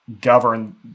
govern